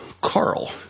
Carl